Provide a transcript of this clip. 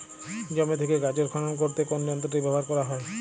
জমি থেকে গাজর খনন করতে কোন যন্ত্রটি ব্যবহার করা হয়?